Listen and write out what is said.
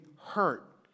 hurt